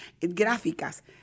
gráficas